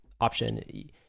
option